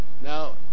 Now